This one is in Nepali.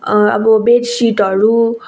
अब बेडसिटहरू